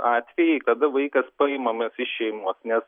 atvejai kada vaikas paimamas iš šeimos nes